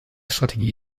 strategie